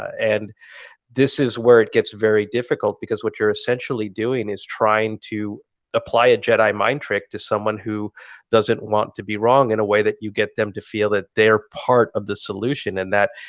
and this is where it gets very difficult because what you're essentially doing is trying to apply a jedi mind trick to someone who doesn't want to be wrong in a way that you get them to feel that they're part of the solution and that,